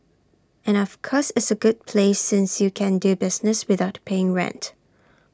and of course it's A good place since you can do business without paying rent